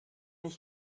ich